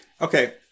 okay